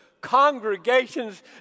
congregations